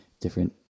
different